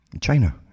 China